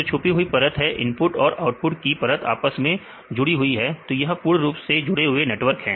तो छुपी हुई परत है इनपुट और आउटपुट की परत आपस में जुड़ी हुई है तो यहां पूर्ण रूप से जुड़े हुए नेटवर्क है